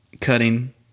cutting